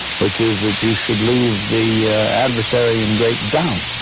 which is that you should leave the adversary in great doubt